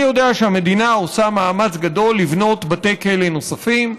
אני יודע שהמדינה עושה מאמץ גדול לבנות בתי כלא נוספים,